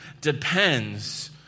depends